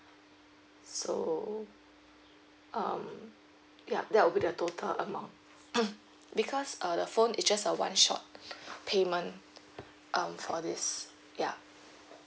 so um ya that will be the total amount because uh the phone is just a one shot payment um for this ya